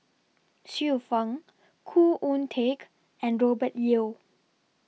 Xiu Fang Khoo Oon Teik and Robert Yeo